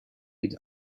with